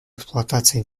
эксплуатации